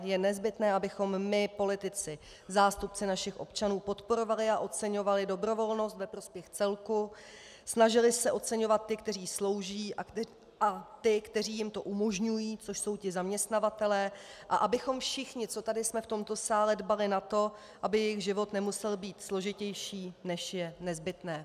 Je nezbytné, abychom my politici, zástupci našich občanů, podporovali a oceňovali dobrovolnost ve prospěch celku, snažili se oceňovat ty, kteří slouží, a ty, kteří jim to umožňují, což jsou zaměstnavatelé, a abychom všichni, co tady jsme v tomto sále, dbali na to, aby jejich život nemusel být složitější, než je nezbytné.